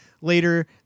later